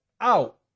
out